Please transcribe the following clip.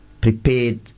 prepared